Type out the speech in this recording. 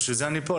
בשביל זה אני פה.